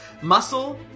muscle